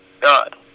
God